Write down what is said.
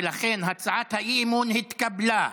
ולכן, הצעת האי-אמון התקבלה,